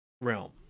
realm